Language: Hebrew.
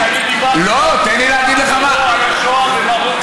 כשאני דיברתי פה על השואה במרוקו, לא.